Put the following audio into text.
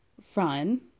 fun